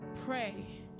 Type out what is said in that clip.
pray